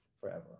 forever